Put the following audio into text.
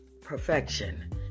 perfection